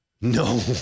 No